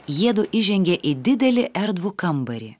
jiedu įžengė į didelį erdvų kambarį